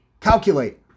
calculate